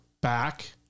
back